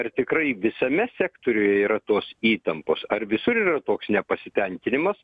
ar tikrai visame sektoriuje yra tos įtampos ar visur yra toks nepasitenkinimas